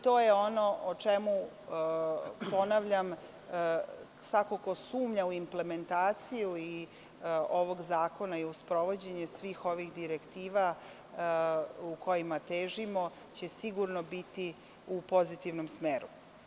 To je ono o čemu, ponavljam, svako ko sumnja u implementaciju ovog zakona i u sprovođenje svih ovih direktiva kojima težimo, ići će sigurno u pozitivnom smeru.